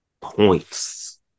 Points